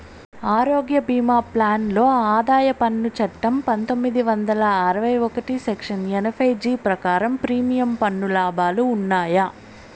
ఆరోగ్య భీమా ప్లాన్ లో ఆదాయ పన్ను చట్టం పందొమ్మిది వందల అరవై ఒకటి సెక్షన్ ఎనభై జీ ప్రకారం ప్రీమియం పన్ను లాభాలు ఉన్నాయా?